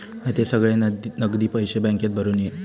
हयते सगळे नगदी पैशे बॅन्केत भरून ये